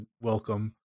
welcome